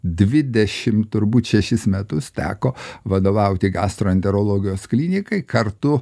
dvidešimt turbūt šešis metus teko vadovauti gastroenterologijos klinikai kartu